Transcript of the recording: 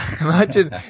imagine